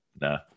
Nah